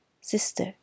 Sister